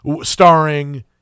starring